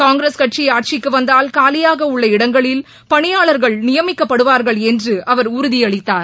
காங்கிரஸ் கட்சி ஆட்சிக்கு வந்தால் காலியாக உள்ள இடங்களில் பணியாளர்கள் நியமிக்கப்படுவார்கள் என்று அவர் உறுதி அளித்தார்